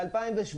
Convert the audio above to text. ב-2017,